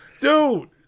Dude